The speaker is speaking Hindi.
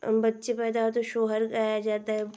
बच्चे पैदा होते सोहर गाया जाता है